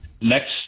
next